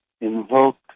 invoke